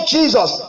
Jesus